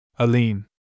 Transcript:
Aline